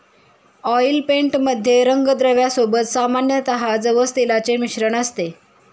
oil paint मध्ये रंगद्रव्या सोबत सामान्यतः जवस तेलाचे मिश्रण असते